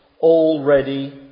already